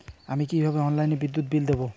আমি কিভাবে অনলাইনে বিদ্যুৎ বিল দেবো?